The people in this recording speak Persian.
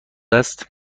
است